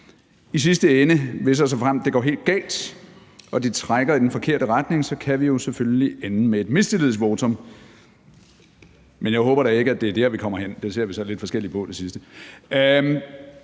»I sidste ende – hvis og såfremt det går helt galt, og de trækker i den forkerte retning – så kan det jo selvfølgelig ende med et mistillidsvotum, men jeg håber da ikke, at det er dér, vi kommer hen.« Det sidste ser vi så lidt forskelligt på. Så skal